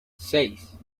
seis